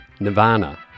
Nirvana